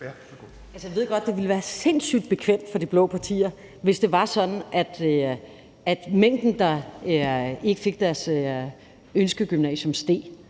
Jeg ved godt, det ville være sindssygt bekvemt for de blå partier, hvis det var sådan, at mængden af dem, der ikke kom på deres ønskegymnasium, steg.